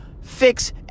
fix